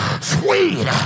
sweet